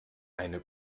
eine